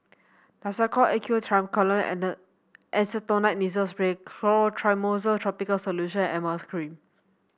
Nasacort A Q Triamcinolone Acetonide Nasal Spray Clotrimozole Topical Solution and Emla Cream